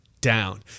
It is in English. down